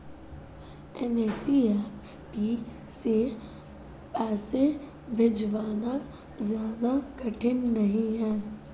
NEFT से पैसे भिजवाना ज्यादा कठिन नहीं है